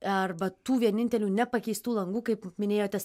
arba tų vienintelių nepakeistų langų kaip minėjote